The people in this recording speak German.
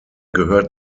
gehört